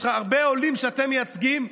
יש לכם הרבה עולים שאתם מייצגים,